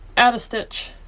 add a stitch